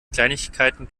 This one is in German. kleinigkeiten